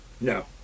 no